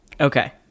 Okay